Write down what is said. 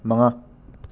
ꯃꯉꯥ